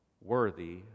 worthy